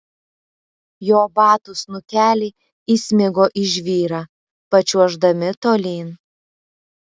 jo batų snukeliai įsmigo į žvyrą pačiuoždami tolyn